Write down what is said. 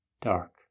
dark